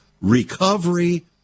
recovery